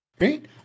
right